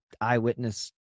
eyewitness